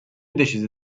decise